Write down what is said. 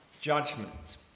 judgment